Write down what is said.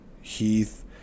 Heath